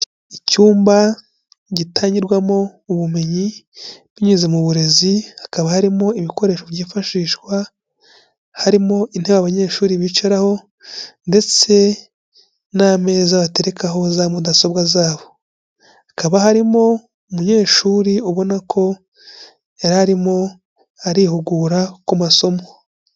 Icyumba gitanyurwamo ubumenyi binyuze mu burezi hakaba harimo ibikoresho byifashishwa, harimo intebe abanyeshuri bicaraho ndetse n'ameza aterekaho za mudasobwa za bo, hakaba harimo umunyeshuri ubona ko yararimo arihugura ku masomo.